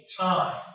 time